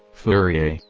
fourier,